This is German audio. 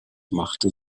machte